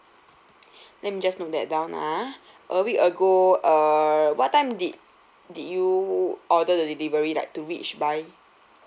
let me just note that down ah a week ago err what time did did you order the delivery like to reach by